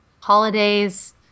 holidays